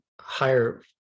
higher